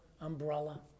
umbrella